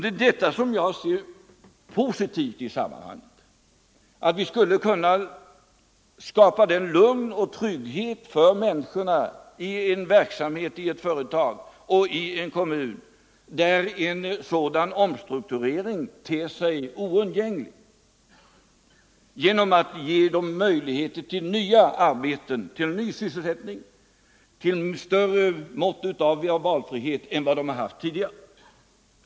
Det är detta jag ser som positivt i sammanhanget — att vi skulle kunna skapa lugn och trygghet för människorna i ett företag och i en kommun, där en sådan omstrukturering ter sig oundgänglig, genom att ge dem möjligheter till ny sysselsättning, till större mått av valfrihet än vad de har haft tidigare.